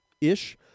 ish